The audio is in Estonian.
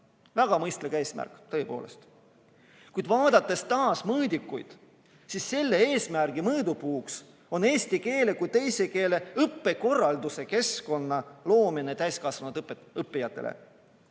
Väga mõistlik eesmärk tõepoolest. Kuid vaadates taas mõõdikuid, me näeme, et selle eesmärgi mõõdupuuks on eesti keele kui teise keele õppe korralduse keskkonna loomine täiskasvanud õppijatele.